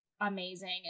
amazing